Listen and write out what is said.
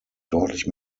deutlich